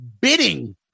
bidding